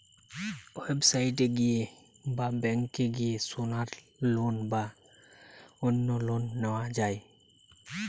website এ গিয়ে বা ব্যাংকে গিয়ে সোনার লোন বা অন্য লোন নেওয়া যায়